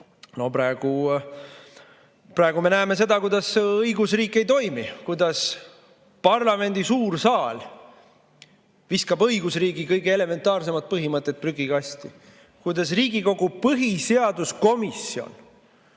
Praegu me näeme seda, kuidas õigusriik ei toimi, kuidas parlamendi suur saal viskab õigusriigi kõige elementaarsemad põhimõtted prügikasti, kuidas Riigikogu põhiseaduskomisjon